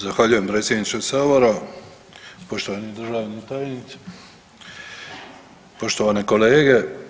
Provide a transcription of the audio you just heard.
Zahvaljujem predsjedniče Sabora, poštovani državni tajniče, poštovane kolege.